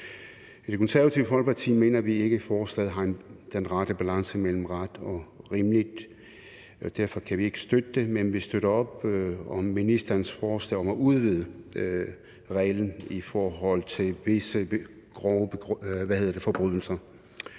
I Det Konservative Folkeparti mener vi ikke, at forslaget har den rette balance mellem ret og rimeligt, og derfor kan vi ikke støtte det. Men vi støtter op om ministerens forslag om at udvide reglen i forhold til visse grove forbrydelser.